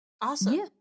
Awesome